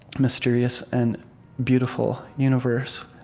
mysterious, and beautiful universe.